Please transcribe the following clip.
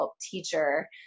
teacher